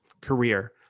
career